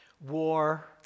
war